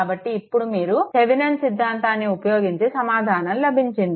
కాబట్టి ఇప్పుడు మీరు థెవెనిన్ సిద్ధాంతాన్ని ఉపయోగించి సమాధానం లభించింది